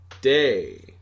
day